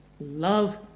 love